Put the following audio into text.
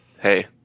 hey